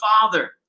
Father